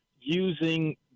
using